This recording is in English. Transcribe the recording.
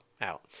out